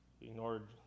ignored